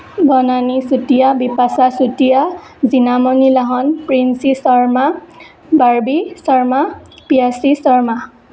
Banani Chutia Bipasha Chutia Jinamoni Lahon Princy Sharma Barbie Sharma Priyashree Sharma